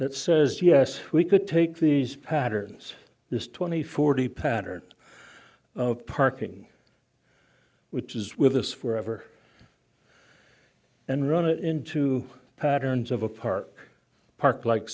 that says yes we could take these patterns this twenty forty pattern of parking which is with us forever and run it into patterns of a park park like